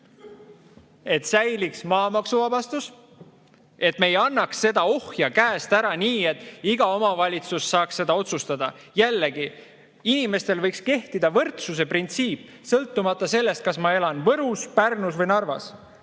et säiliks maamaksuvabastus, et me ei annaks seda ohja käest ära, nii et iga omavalitsus saaks seda otsustada. Jällegi, inimestele võiks kehtida võrdsuse printsiip, sõltumata sellest, kas ma elan Võrus, Pärnus või Narvas.